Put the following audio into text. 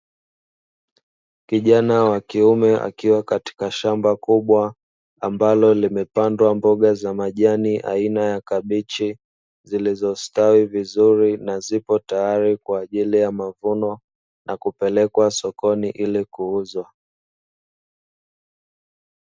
Kijana wa kiume akiwa katika shamba kubwa ambalo limepandwa mboga za majani aina ya kabichi, zilizo stawi vizuri na zipo tayari kwa ajili ya mavuno na kupelekwa sokoni ili kuuzwa.